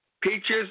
peaches